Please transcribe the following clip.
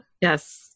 yes